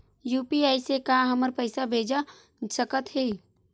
UPI से का हमर पईसा भेजा सकत हे?